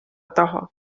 taha